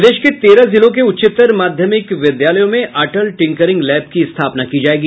प्रदेश के तेरह जिलों के उच्चतर माध्यमिक विद्यालयों में अटल टिंकरिंग लैब की स्थापना की जायेगी